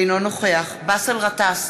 אינו נוכח באסל גטאס,